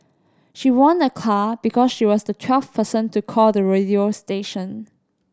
she won a car because she was the twelfth person to call the radio station